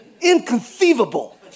Inconceivable